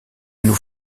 nous